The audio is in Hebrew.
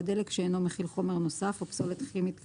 דלק שאינו מכיל חומר נוסף או פסולת כימית כאמור.